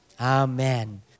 Amen